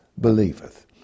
believeth